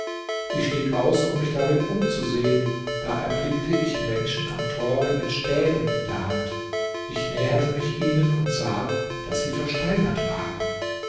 ich stieg aus um mich darin umzusehen da erblickte ich menschen am tore mit stäben in der hand ich näherte mich ihnen und sah daß sie versteinert waren